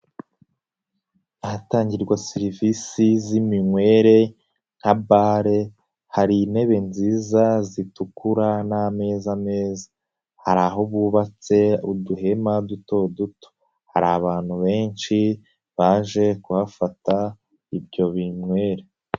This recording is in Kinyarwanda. Ahatangirwa serivisi z'iminywere nka bare, hari intebe nziza zitukura n'ameza meza. Hari aho bubatse uduhema dutoduto. Hari abantu benshi baje kuhafata ibyo binywere.